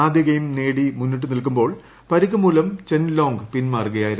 ആദ്യ ഗെയിം നേടി മുന്നിട്ടു നിൽക്കുമ്പോൾ പരിക്ക് മൂലം ചെൻ ലോംഗ് പിന്മാറുകയായിരുന്നു